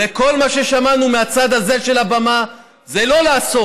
וכל מה ששמענו מהצד הזה של הבמה זה לא לעשות.